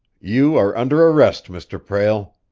you are under arrest, mr. prale.